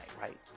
right